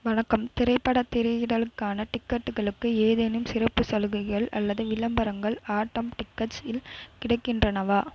வணக்கம் திரைப்படத் திரையிடலுக்கான டிக்கெட்டுகளுக்கு ஏதேனும் சிறப்பு சலுகைகள் அல்லது விளம்பரங்கள் ஆட்டம் டிக்கெட்ஸில் கிடைக்கின்றனவா